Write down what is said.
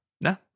No